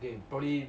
probably